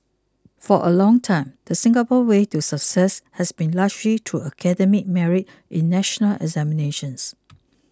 for a long time the Singapore way to success has been largely through academic merit in national examinations